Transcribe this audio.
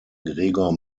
gregor